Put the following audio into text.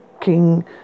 King